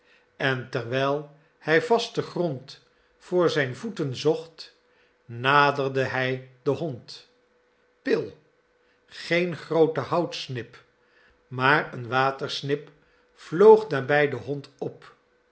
en terwijl hij vasten grond voor zijn voeten zocht naderde hij den hond pil geen groote houtsnip maar een watersnip vloog nabij den hond op